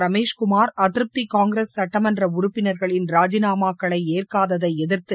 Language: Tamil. ரமேஷ்குமார் அதிருப்தி காங்கிரஸ் சுட்டமன்ற உறுப்பினா்களின் ராஜினாமாக்களை ஏற்காததை எதிா்த்து